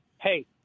hey